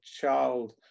child